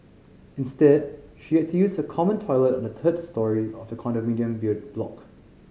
instead she had to use a common toilet on the third storey of the condominium block